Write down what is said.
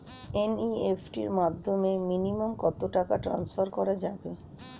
NEFT এর মাধ্যমে minimum কত টাকা টান্সফার করা যাবে?